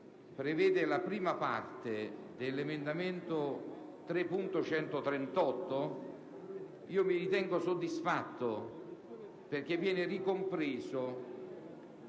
riprende la prima parte dell'emendamento 3.138, mi ritengo soddisfatto, perché in esso viene ricompresa